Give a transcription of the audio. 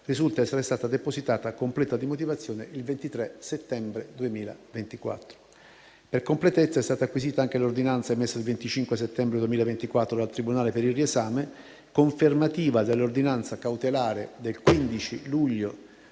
risulta essere stata depositata, completa di motivazione, il 23 settembre 2024. Per completezza, è stata acquisita anche l'ordinanza emessa il 25 settembre 2024 dal tribunale per il riesame, confermativa dell'ordinanza cautelare del 15 luglio